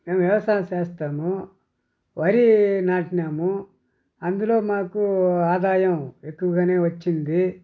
మేం వ్యవసాయం చేస్తాము వరీ నాటినాము అందులో మాకు ఆదాయం ఎక్కువగానే వచ్చింది